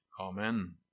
Amen